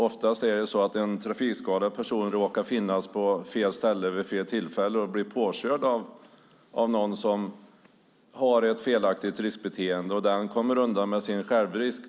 Oftast är det så att en trafikskadad person har råkat finnas på fel ställe vid fel tillfälle och blivit påkörd av någon som hade ett felaktigt riskbeteende men kommer undan med sin självrisk.